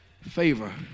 favor